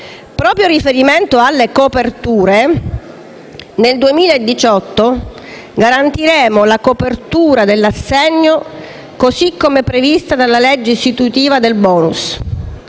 Proprio in riferimento alle coperture, nel 2018 garantiremo la copertura dell'assegno, così come previsto dalla legge istitutiva del *bonus*,